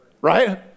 Right